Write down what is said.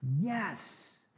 Yes